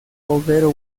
overo